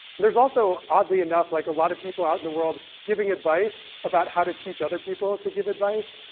there's also, oddly enough, like a lot of people out in the world giving advice about how to teach other people to give advice.